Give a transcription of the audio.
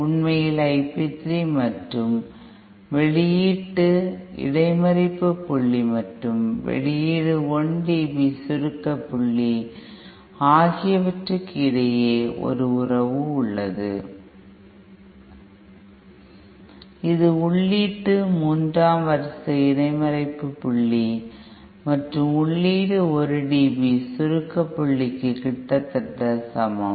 உண்மையில் I p 3 மற்றும் வெளியீட்டு இடைமறிப்பு புள்ளி மற்றும் வெளியீடு 1 dB சுருக்க புள்ளி ஆகியவற்றுக்கு இடையே ஒரு உறவு உள்ளது இது உள்ளீட்டு மூன்றாம் வரிசை இடைமறிப்பு புள்ளி மற்றும் உள்ளீடு 1 dB சுருக்க புள்ளிக்கு கிட்டத்தட்ட சமம்